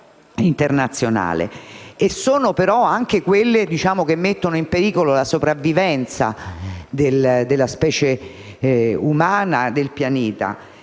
Sono però anche le armi che mettono in pericolo la sopravvivenza della specie umana e del Pianeta,